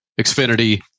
Xfinity